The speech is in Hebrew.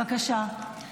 בבקשה.